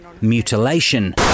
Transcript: mutilation